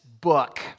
book